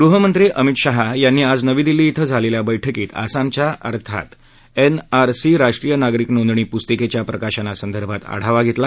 गृहमंत्री अमित शाह यांनी आज नवी दिल्ली धिं झालेल्या बैठकीत आसामच्या अर्थात एनआरसी राष्ट्रीय नागरिक नोंदणी पुस्तिकेच्या प्रकाशना संदर्भात आढावा घेतला